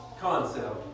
concept